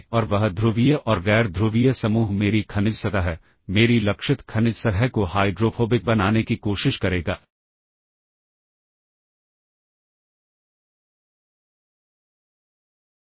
तो यहां इस B C H L register का मान जो भी हो इसलिए उन्हें सबरूटीन द्वारा संशोधित किया जाता है